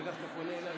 ברגע שאתה פונה אליה,